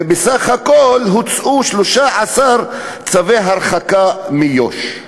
ובסך הכול הוצאו 13 צווי הרחקה מיו"ש.